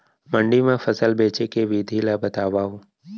मंडी मा फसल बेचे के विधि ला बतावव?